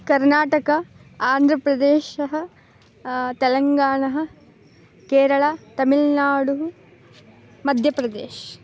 कर्नाटक आन्द्रप्रदेशः तेलङ्गाणः केरळा तमिल्नाडुः मध्यप्रदेशः